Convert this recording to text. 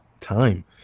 time